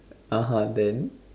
(uh huh) then